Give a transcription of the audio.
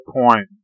point